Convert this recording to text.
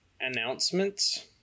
announcements